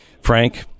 Frank